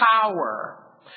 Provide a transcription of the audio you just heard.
power